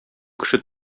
кеше